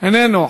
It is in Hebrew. איננו,